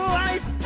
life